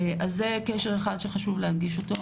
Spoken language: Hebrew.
אז זה קשר אחד שחשוב להדגיש אותו.